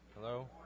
Hello